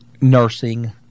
nursing